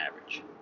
average